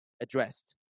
addressed